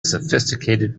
sophisticated